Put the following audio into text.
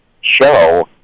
show